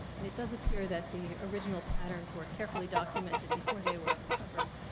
and it does appear that the original patterns were carefully documented before they were covered,